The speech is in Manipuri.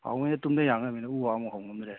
ꯍꯥꯎꯈꯩꯅ ꯇꯨꯝꯅ ꯌꯥꯟꯂꯕꯅꯤꯅ ꯎ ꯋꯥ ꯑꯃ ꯐꯥꯎ ꯍꯧ ꯉꯝꯗ꯭ꯔꯦ